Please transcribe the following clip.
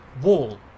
wall